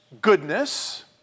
goodness